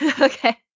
Okay